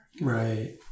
Right